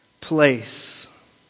place